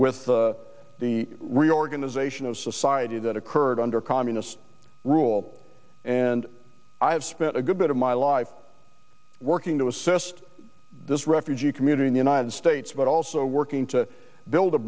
with the reorganization of society that occurred under communist rule and i've spent a good bit of my life working to assist this refugee community in the united states but also working to build a